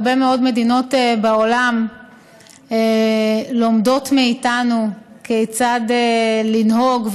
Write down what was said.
הרבה מאוד מדינות בעולם לומדות מאיתנו כיצד לנהוג,